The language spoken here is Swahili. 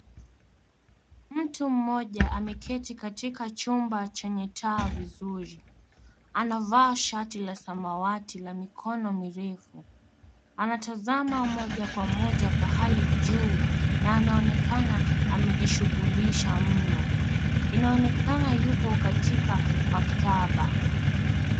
Mtu mmoja ameketi katika chumba chenye taa viuri. Anavaa shati la samawati la mikono mirefu. Anatazama moja kwa moja pahali juu na anaonekana amejishughulisha mno. Inaonekana yupo katika maktaba.